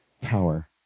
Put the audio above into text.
power